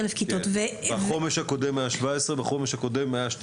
בתוכנית החומש הקודמת היה 17,000 ובתוכנית החומש